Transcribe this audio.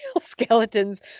skeletons